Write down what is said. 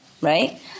Right